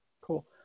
Cool